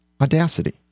audacity